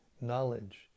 knowledge